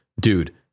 dude